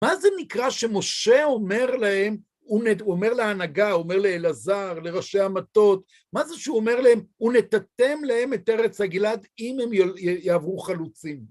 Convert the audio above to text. מה זה נקרא שמשה אומר להם, הוא אומר להנהגה, הוא אומר לאלעזר, לראשי המטות, מה זה שהוא אומר להם, ונתתם להם את ארץ הגלעד אם הם יעברו חלוצים.